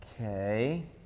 Okay